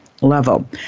level